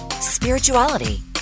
spirituality